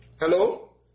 Hello